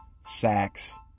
Sacks